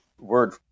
word